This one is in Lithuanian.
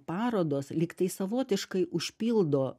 parodos lyg tai savotiškai užpildo